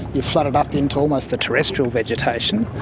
you flooded up into almost the terrestrial vegetation,